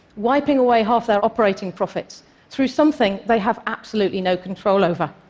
wiping away half their operating profits through something they have absolutely no control over.